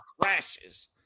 crashes